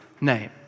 name